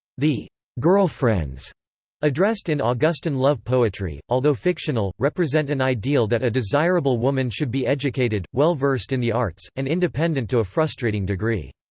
the girlfriends addressed in ah augustan love poetry, although fictional, represent an ideal that a desirable woman should be educated, well-versed in the arts, and independent to a frustrating degree.